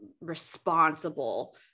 responsible